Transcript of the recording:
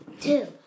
two